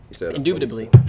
Indubitably